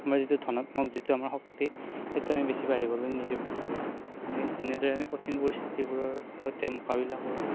আমাৰ যিটো ধনাত্মক যিটো আমাৰ শক্তি সেইটো আমি বেছি বাঢ়িবলৈ নিদিওঁ আমি এনেদৰে আমি কঠিন পৰিস্থিতিবোৰৰ সৈতে মোকাবিলা কৰোঁ